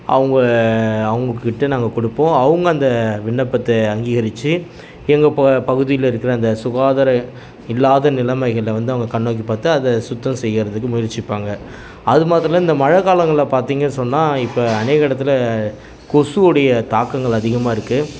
அவங்க அவங்கக்கிட்ட நாங்கள் கொடுப்போம் அவங்க அந்த விண்ணப்பத்தை அங்கீகரித்து எங்கள் ப பகுதியில் இருக்கிற அந்த சுகாதார இல்லாத நிலமைகளில் வந்து அவங்க கண்ணோக்கி பார்த்து அதை சுத்தம் செய்கிறதுக்கு முயற்சிப்பாங்க அது மாத்திரம் இல்லை இந்த மழை காலங்களில் பார்த்தீங்க சொன்னால் இப்போ அநேக இடத்துல கொசுவுடைய தாக்கங்கள் அதிகமாக இருக்குது